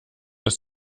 dass